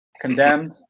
condemned